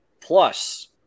plus